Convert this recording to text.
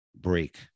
break